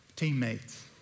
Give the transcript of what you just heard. Teammates